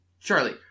Charlie